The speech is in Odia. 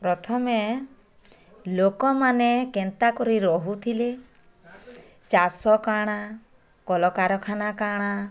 ପ୍ରଥମେ ଲୋକମାନେ କେନ୍ତା କରି ରହୁଥିଲେ ଚାଷ କାଁଣା କଲକାରଖାନା କାଁଣା